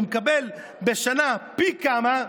הוא מקבל בשנה פי כמה,